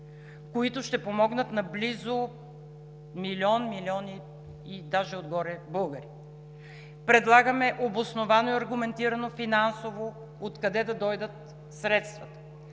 които ще помогнат на близо милион и даже отгоре българи; предлагаме обосновано и аргументирано финансово откъде да дойдат средствата;